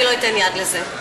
ואני לא אתן יד לזה.